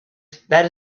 that